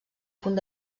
punt